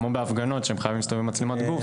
כמו בהפגנות שהם חייבים להסתובב עם מצלמת גוף.